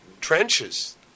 trenches